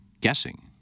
guessing